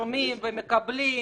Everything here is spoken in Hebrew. שומעים ומקבלים,